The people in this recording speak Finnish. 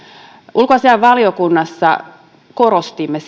ulkoasiainvaliokunnassa korostimme